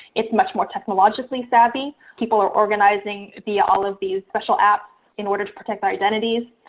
it's much more technologically savvy. people are organizing via all of these special apps in order to protect our identities,